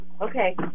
okay